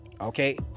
Okay